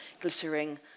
glittering